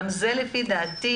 גם זה לפי דעתי,